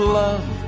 love